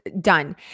done